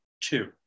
two